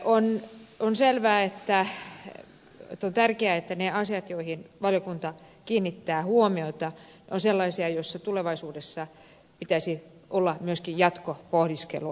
on selvää että nyt on tärkeää että ne asiat joihin valiokunta kiinnittää huomiota ovat sellaisia joista tulevaisuudessa pitäisi olla myöskin jatkopohdiskelua